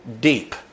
deep